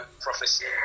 prophecy